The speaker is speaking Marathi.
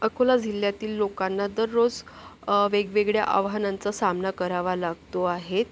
अकोला जिल्ह्यातील लोकांना दररोज वेगवेगळ्या आव्हानांचा सामना करावा लागतो आहे त्याच्यामुळे